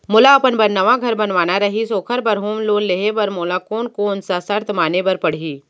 मोला अपन बर नवा घर बनवाना रहिस ओखर बर होम लोन लेहे बर मोला कोन कोन सा शर्त माने बर पड़ही?